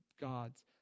God's